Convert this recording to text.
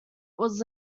was